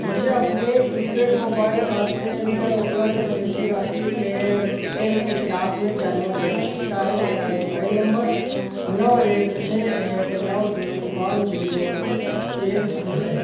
मुझे अपने prepaid mobile खाते में उपलब्ध शेष राशि एयरटेल के साथ में जानने की आवश्यकता है मेरा मोबाइल नंबर नौ एक छः एक नौ दो पाँच जीरो एक दो है